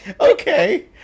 okay